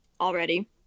already